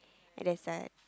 and there's a